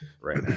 right